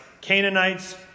Canaanites